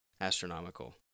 astronomical